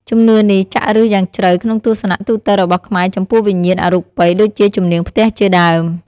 ជំនឿនេះចាក់ឬសយ៉ាងជ្រៅក្នុងទស្សនៈទូទៅរបស់ខ្មែរចំពោះវិញ្ញាណអរូបីដូចជាជំនាងផ្ទះជាដើម។